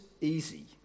easy